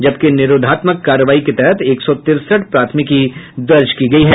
जबकि निरोधात्मक कार्रवाई के तहत एक सौ तिरसठ प्राथमिकी दर्ज की गई है